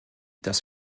dass